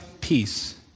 peace